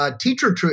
Teacher